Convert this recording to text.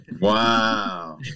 Wow